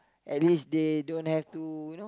at least they don't have to you know